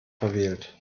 verwählt